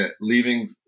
leaving